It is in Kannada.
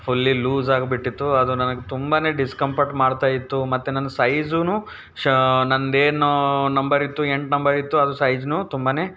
ಫುಲ್ಲಿ ಲೂಸಾಗಿಬಿಟ್ಟಿತ್ತು ಅದು ನನಗೆ ತುಂಬಾ ಡಿಸ್ಕಂಫರ್ಟ್ ಮಾಡ್ತಾಯಿತ್ತು ಮತ್ತು ನನ್ನ ಸೈಝುನು ಶ ನನ್ನದೇನು ನಂಬರಿತ್ತು ಎಂಟು ನಂಬರಿತ್ತು ಅದು ಸೈಝ್ನು ತುಂಬಾ